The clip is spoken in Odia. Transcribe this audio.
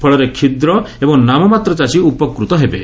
ଫଳରେ କ୍ଷୁଦ୍ର ଏବଂ ନାମମାତ୍ରୀ ଚାଷୀ ଉପକୃତ ହେବେ